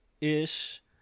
ish